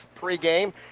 pregame